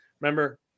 Remember